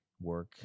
work